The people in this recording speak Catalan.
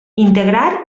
integrar